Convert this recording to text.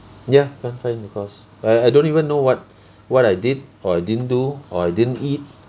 ya can't find the cause I I don't even know what what I did or I didn't do or I didn't eat